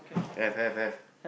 have have have